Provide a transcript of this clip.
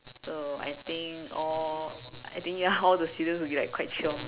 so I think all I think ya all the seniors will be like quite chiong